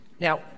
Now